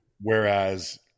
Whereas